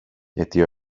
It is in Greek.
γιατί